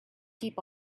keep